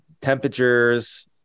temperatures